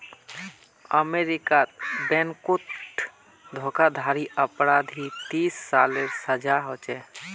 अमेरीकात बैनकोत धोकाधाड़ी अपराधी तीस सालेर सजा होछे